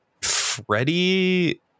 Freddie